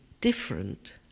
different